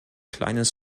kleines